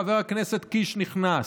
חבר הכנסת קיש נכנס,